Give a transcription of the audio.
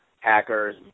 hackers